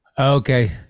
Okay